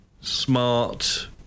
smart